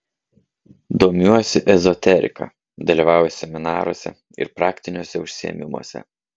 domiuosi ezoterika dalyvauju seminaruose ir praktiniuose užsiėmimuose